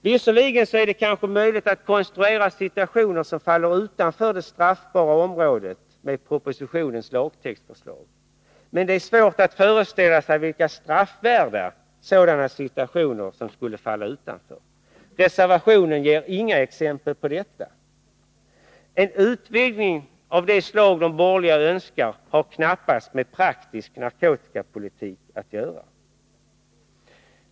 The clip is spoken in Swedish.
Visserligen är det kanske möjligt att konstruera situationer som faller utanför det straffbara området med propositionens lagtextförslag, men det är svårt att föreställa sig vilka straffvärda sådana situationer som skulle falla utanför. Reservationen ger inga exempel på detta. En utvidgning av det slag som de borgerliga önskar har knappast med praktisk narkotikapolitik att göra.